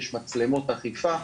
יש מצלמות אכיפה.